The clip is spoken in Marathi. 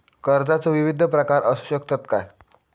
कर्जाचो विविध प्रकार असु शकतत काय?